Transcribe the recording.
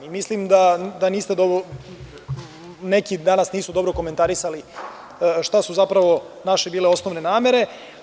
Mislim da neki danas nisu dobro komentarisali šta su zapravo bile naše osnovne namere.